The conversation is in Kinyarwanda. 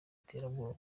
iterabwoba